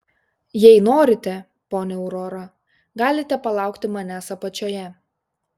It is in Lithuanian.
jei norite ponia aurora galite palaukti manęs apačioje